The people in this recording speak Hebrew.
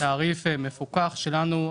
בתעריף מפוקח שלנו.